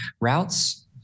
routes